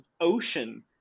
ocean